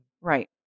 Right